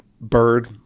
bird